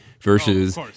versus